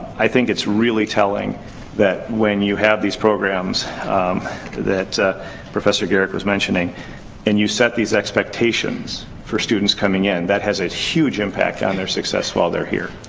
i think it's really telling that, when you have these programs that professor garrick was mentioning and you set these expectations for students coming in, that has a huge impact on their success while they're here.